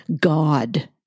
God